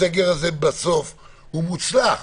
הסגר הזה בסוף הוא מוצלח.